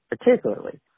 particularly